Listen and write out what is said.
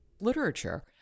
literature